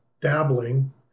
dabbling